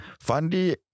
Fandi